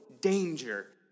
danger